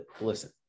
Listen